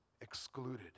excluded